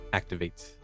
activates